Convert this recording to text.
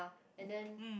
and then